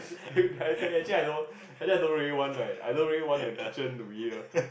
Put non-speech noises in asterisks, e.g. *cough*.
*noise* then I say actually I don't I don't really want like I don't really want the kitchen to be here